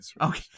Okay